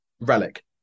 Relic